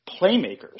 playmakers